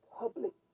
public